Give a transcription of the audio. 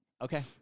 Okay